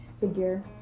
figure